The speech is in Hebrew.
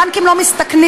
הבנקים לא מסתכנים.